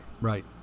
right